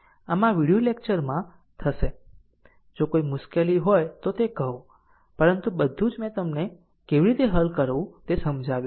આમ આ વિડિઓ લેકચરમાં થશે જો કોઈ મુશ્કેલી હોય તો તે કહો પરંતુ બધું જ મેં તેને કેવી રીતે હલ કરવું તે સમજાવ્યું છે